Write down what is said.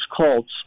cults